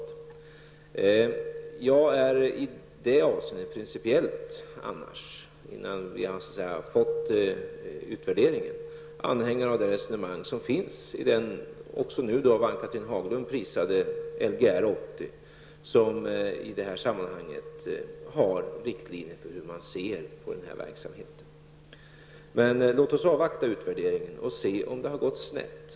Annars är jag i detta avseende, innan vi har fått utvärderingen, principiellt anhängare av det resonemang som förs i Lgr 80, som nu även prisas av Ann-Cathrine Haglund, i vilken det finns riktlinjer för hur man ser på den här verksamheten. Låt oss emellertid avvakta utvärderingen för att se om det har gått snett.